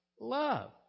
love